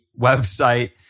website